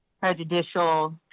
prejudicial